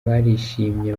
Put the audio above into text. barishimye